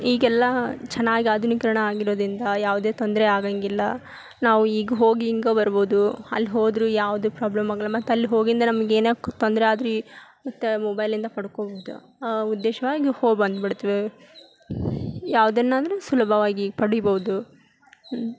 ಈಗೆಲ್ಲ ಚೆನ್ನಾಗಿ ಆಧುನೀಕರಣ ಆಗಿರೋದರಿಂದ ಯಾವುದೇ ತೊಂದರೆ ಆಗಂಗಿಲ್ಲ ನಾವು ಈಗ ಹೋಗಿ ಹಿಂಗೆ ಬರ್ಬೋದು ಅಲ್ಲಿ ಹೋದರೂ ಯಾವುದೂ ಪ್ರಾಬ್ಲಮ್ ಆಗಲ್ಲ ಮತ್ತು ಅಲ್ಲಿ ಹೋಗಿಂದೆ ನಮಗೆ ಏನಕ್ಕು ತೊಂದರೆ ಆದರೂ ಈ ಮತ್ತು ಮೊಬೈಲಿಂದ ಪಡ್ಕೊಬೋದು ಆ ಉದ್ದೇಶ್ವಾಗಿ ಹೋಗಿ ಬಂದು ಬಿಡ್ತೀವಿ ಯಾವ್ದನ್ನಾದರು ಸುಲಭವಾಗಿ ಪಡಿಬೋದು